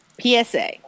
PSA